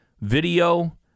video